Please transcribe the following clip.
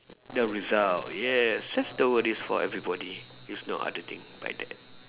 the result yes that's the worries for everybody there's no other thing but that